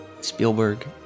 Spielberg